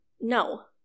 No